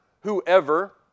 whoever